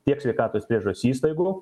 tiek sveikatos priežiūros įstaigų